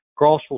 Crossville